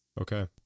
Okay